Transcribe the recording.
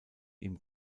ihm